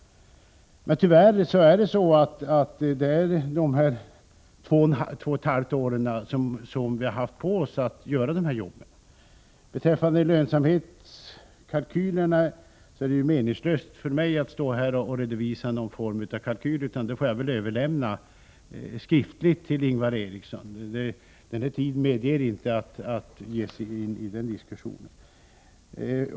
Men tyvärr är det bara två och ett halvt år som vi har haft på oss. Det är meningslöst för mig och stå här och redovisa lönsamhetskalkyler. Jag får överlämna skriftliga sådana till Ingvar Eriksson. Den tid som vi nu har till förfogande tillåter inte att vi ger oss in på en diskussion om ekonomiska beräkningar.